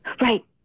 Right